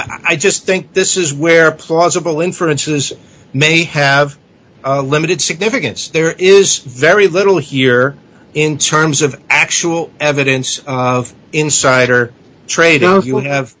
i just think this is where plausible inferences may have a limited significance there is very little here in terms of actual evidence of insider trading you would have